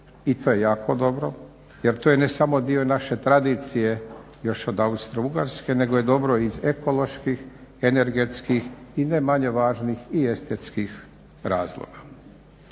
I to je jako dobro, jer to je ne samo dio naše tradicije još od Austrougarske nego je dobro i iz ekoloških, energetskih i ne manje važnih i estetskih razloga.